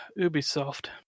Ubisoft